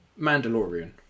Mandalorian